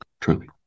truly